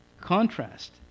contrast